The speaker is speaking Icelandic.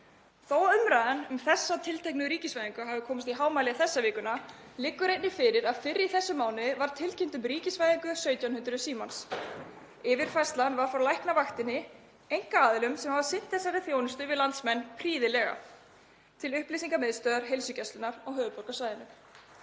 Þótt umræðan um þessa tilteknu ríkisvæðingu hafi komist í hámæli þessa vikuna liggur einnig fyrir að fyrr í þessum mánuði var tilkynnt um ríkisvæðingu 1700 símans. Yfirfærslan var frá Læknavaktinni, einkaaðilum sem hafa sinnt þessari þjónustu við landsmenn prýðilega, til upplýsingamiðstöðvar Heilsugæslu höfuðborgarsvæðisins.